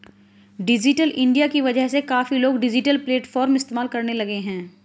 digital India की वजह से काफी लोग डिजिटल प्लेटफ़ॉर्म इस्तेमाल करने लगे हैं